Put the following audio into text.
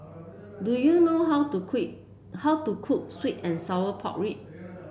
do you know how to quick how to cook sweet and Sour Pork Ribs